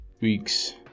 week's